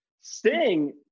Sting